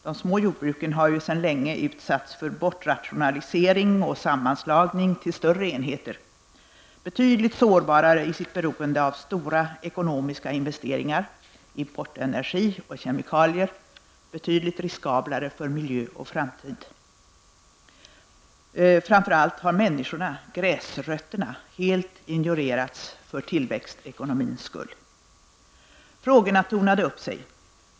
De små jordbruken har ju sedan länge utsatts för bortrationalisering och sammanslagning till större enheter, betydligt sårbarare i sitt beroende av stora ekonomiska investeringar, importenergi och kemikalier, betydligt riskablare för miljö och framtid. Framför allt har människorna, gräsrötterna, helt ignorerats för tillväxtekonomins skull. Frågorna tornade upp sig.